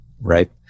right